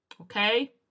Okay